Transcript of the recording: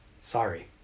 Sorry